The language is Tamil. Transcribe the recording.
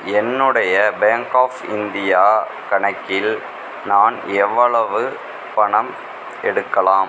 என்னுடைய பேங்க் ஆஃப் இந்தியா கணக்கில் நான் எவ்வளவு பணம் எடுக்கலாம்